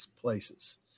places